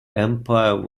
empire